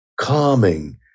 calming